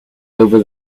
over